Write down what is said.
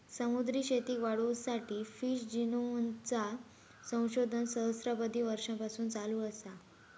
समुद्री शेतीक वाढवुसाठी फिश जिनोमचा संशोधन सहस्त्राबधी वर्षांपासून चालू असा